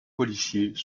policiers